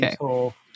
okay